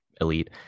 elite